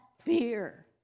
fear